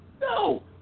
No